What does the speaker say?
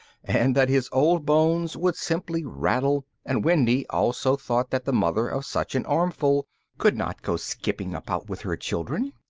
and that his old bones would simply rattle, and wendy also thought that the mother of such an armful could not go skipping about with her children.